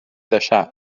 deixar